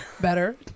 Better